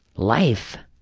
life